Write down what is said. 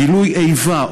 גילוי איבה,